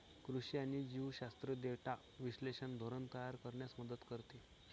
कृषी आणि जीवशास्त्र डेटा विश्लेषण धोरण तयार करण्यास मदत करते